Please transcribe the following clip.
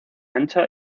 ancha